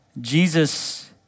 Jesus